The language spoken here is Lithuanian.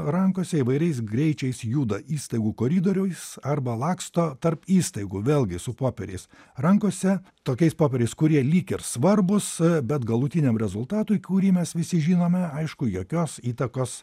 rankose įvairiais greičiais juda įstaigų koridoriais arba laksto tarp įstaigų vėlgi su popieriais rankose tokiais popieriais kurie lyg ir svarbūs bet galutiniam rezultatui kurį mes visi žinome aišku jokios įtakos